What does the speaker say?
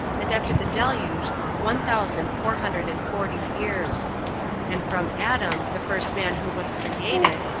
and after the deluge one thousand four hundred and forty years and from adam, the first man who was created,